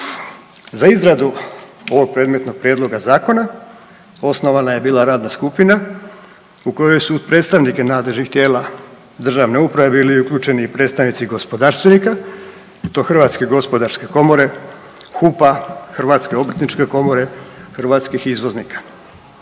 Za izradu ovog predmetnog prijedloga zakona osnovana je bila radna skupina u kojoj su predstavnike nadležnih tijela državne uprave bili uključeni predstavnici gospodarstvenika i to HGK, HUP-a, Hrvatske obrtničke komore, Hrvatskih izvoznika.